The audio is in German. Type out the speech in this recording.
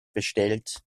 bestellt